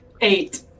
Eight